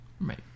right